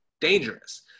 dangerous